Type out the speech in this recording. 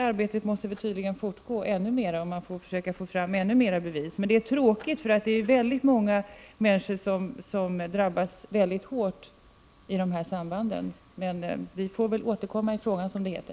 Arbetet måste tydligen fortgå än längre, och man måste försöka få fram än mer bevis för sambanden. Detta är tråkigt, eftersom väldigt många människor drabbas mycket hårt i dessa sammanhang, men jag får väl återkomma, som det heter.